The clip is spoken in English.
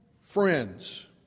friends